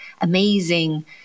amazing